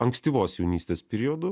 ankstyvos jaunystės periodu